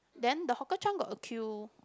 then the Hawker Chan got a queue